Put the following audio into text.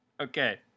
Okay